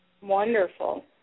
Wonderful